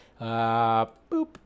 Boop